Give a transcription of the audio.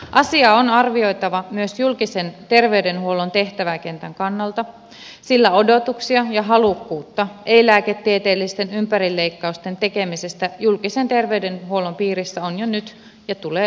asiaa on arvioitava myös julkisen terveydenhuollon tehtäväkentän kannalta sillä odotuksia ja halukkuutta ei lääketieteellisten ympärileikkausten tekemisen suhteen julkisen terveydenhuollon piirissä on jo nyt ja tulee olemaan